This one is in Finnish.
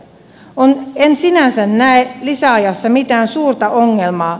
en sinänsä näe lisäajassa mitään suurta ongelmaa